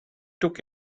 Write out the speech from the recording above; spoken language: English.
took